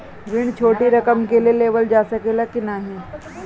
ऋण छोटी रकम के लिए लेवल जा सकेला की नाहीं?